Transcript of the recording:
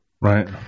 Right